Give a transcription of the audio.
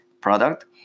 product